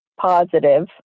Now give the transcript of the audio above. Positive